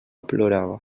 plorava